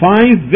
Five